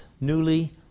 newly